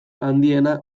handiena